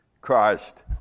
Christ